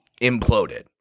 imploded